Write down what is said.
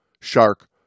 shark